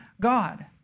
God